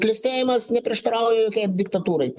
klestėjimas neprieštarauja jokiai diktatūrai